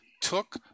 took